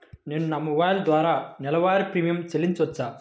నేను నా మొబైల్ ద్వారా నెలవారీ ప్రీమియం చెల్లించవచ్చా?